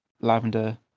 Lavender